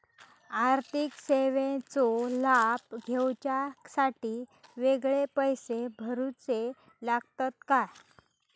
आर्थिक सेवेंचो लाभ घेवच्यासाठी वेगळे पैसे भरुचे लागतत काय?